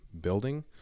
building